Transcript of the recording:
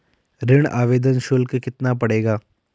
ऋण आवेदन शुल्क कितना पड़ेगा?